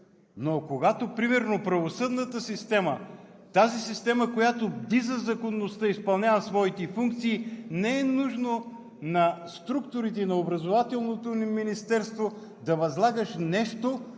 Но когато примерно правосъдната система – тази система, която бди за законността, изпълнява своите функции, не е нужно на структурите на Образователното ни министерство да възлагаш нещо